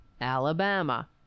Alabama